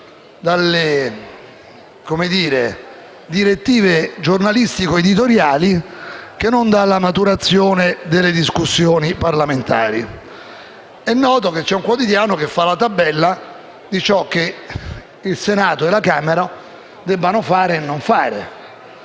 dalle direttive giornalistico-editoriali che non dalla maturazione delle discussioni parlamentari. È noto che c'è un quotidiano che fa la tabella di ciò che il Senato e la Camera debbano fare e non fare,